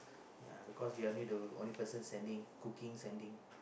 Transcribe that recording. because we all need to only person standing cooking standing